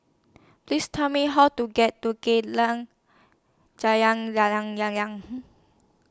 Please Tell Me How to get to Jalan Layang Layang